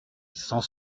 sans